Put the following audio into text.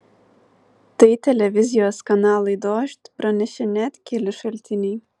tai televizijos kanalui dožd pranešė net keli šaltiniai